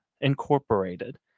Incorporated